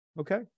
Okay